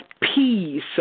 peace